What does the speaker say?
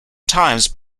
times